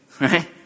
Right